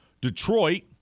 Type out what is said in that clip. Detroit